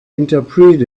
interpret